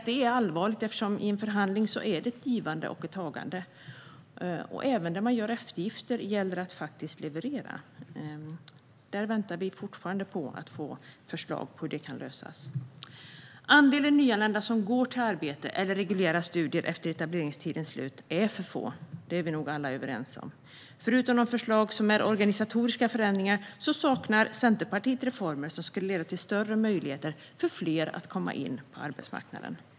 Det är allvarligt, eftersom det är ett givande och ett tagande i en förhandling. Även där man gör eftergifter gäller det att faktiskt leverera. Vi väntar fortfarande på förslag på hur det kan lösas. Andelen nyanlända som går till arbete eller reguljära studier efter etableringstidens slut är för få. Det är vi nog alla överens om. Förutom de förslag som innebär organisatoriska förändringar tycker Centerpartiet att det saknas reformer som skulle leda till större möjligheter för fler att komma in på arbetsmarknaden.